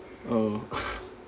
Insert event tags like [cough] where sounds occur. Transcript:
oh [laughs]